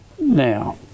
Now